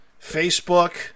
Facebook